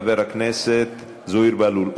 חבר הכנסת זוהיר בהלול.